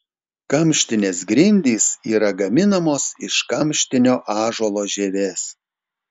kamštinės grindys yra gaminamos iš kamštinio ąžuolo žievės